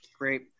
Great